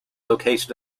located